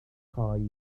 rhoi